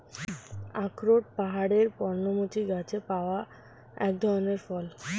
আখরোট পাহাড়ের পর্ণমোচী গাছে পাওয়া এক ধরনের ফল